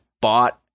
bought